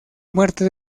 muerte